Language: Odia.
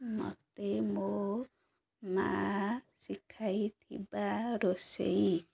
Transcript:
ମୋତେ ମୋ ମା ଶିଖାଇଥିବା ରୋଷେଇ